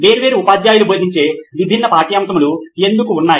వేర్వేరు ఉపాధ్యాయులు బోధించే విభిన్న పాఠ్యాంశములు ఎందుకు ఉన్నాయి